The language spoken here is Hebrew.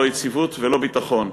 לא יציבות ולא ביטחון.